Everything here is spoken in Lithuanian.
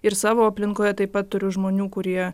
ir savo aplinkoje taip pat turiu žmonių kurie